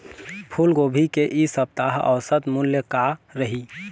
फूलगोभी के इ सप्ता औसत मूल्य का रही?